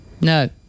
No